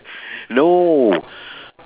no